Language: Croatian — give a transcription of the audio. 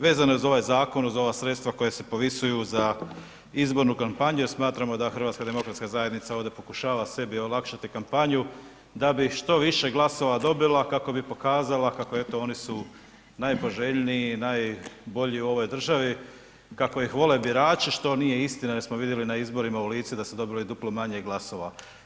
Vezano je uz ovaj Zakon, uz ova sredstva koja se povisuju za izbornu kampanju, jer smatramo da Hrvatska demokratska zajednica ovdje pokušava sebi olakšati kampanju, da bi što više glasova dobila, kako bi pokazala kako eto oni su najpoželjniji, najbolji u ovoj državi, kako ih vole birači, što nije istina jer smo vidjeli na izborima u Lici da su dobili duplo manje glasova.